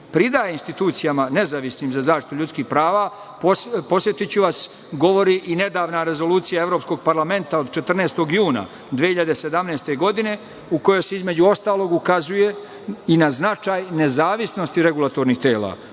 institucijama za zaštitu ljudskih prava, podsetiću vas, govori i nedavna Rezolucija Evropskog parlamenta od 14. juna 2017. godine, u kojoj se, između ostalog, ukazuje i na značaj nezavisnosti regulatornih tela,